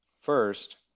First